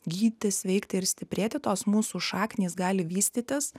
gyti sveikti ir stiprėti tos mūsų šaknys gali vystytis